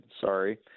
Sorry